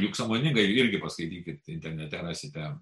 juk sąmoningai irgi paskaitykit internete rasite